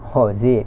oh is it